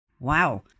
Wow